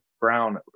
Brown